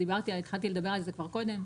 התחלתי לדבר על זה כבר קודם,